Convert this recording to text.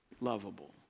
Lovable